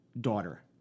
daughter